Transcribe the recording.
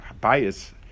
bias